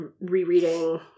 rereading